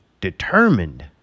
determined